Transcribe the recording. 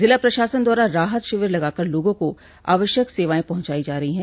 जिला प्रशासन द्वारा राहत शिविर लगाकर लोगों को आवश्यक सेवाएं पहुंचाई जा रही है